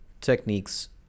techniques